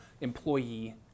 employee